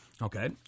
Okay